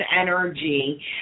energy